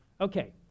Okay